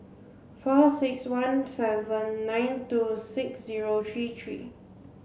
four six one seven nine two six zero three three